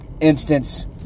instance